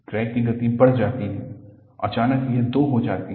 crack की गति बढ़ जाती है अचानक यह दो हो जाती है